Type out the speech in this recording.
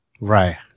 Right